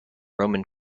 roman